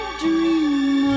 dream